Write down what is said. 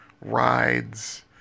rides